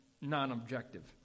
non-objective